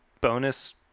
bonus